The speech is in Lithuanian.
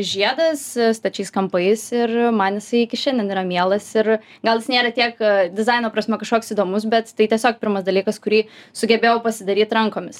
žiedas stačiais kampais ir man jisai iki šiandien yra mielas ir gal jis nėra tiek dizaino prasme kažkoks įdomus bet tai tiesiog pirmas dalykas kurį sugebėjau pasidaryt rankomis